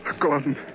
Gordon